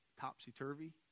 topsy-turvy